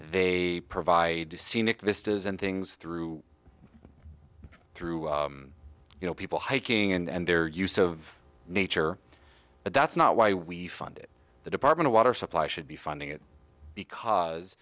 they provide to scenic vistas and things through through you know people hiking and their use of nature but that's not why we funded the department of water supply should be funding it because